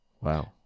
Wow